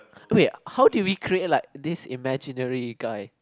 okay how do we create like this imaginary guy